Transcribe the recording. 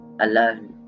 Alone